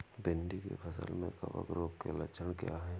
भिंडी की फसल में कवक रोग के लक्षण क्या है?